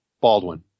Baldwin